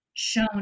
Shown